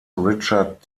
richard